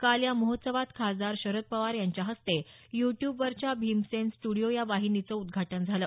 काल या महोत्सवात खासदार शरद पवार यांच्या हस्ते यू ट्यूबवरच्या भीमसेन स्ट्रडिओ या वाहिनीचं उद्घाटन झालं